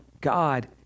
God